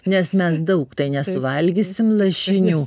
nes mes daug tai nesuvalgysim lašinių